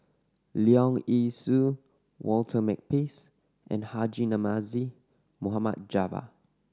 Leong Yee Soo Walter Makepeace and Haji Namazie Mohd Java